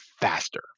faster